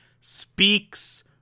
Speaks